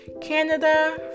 Canada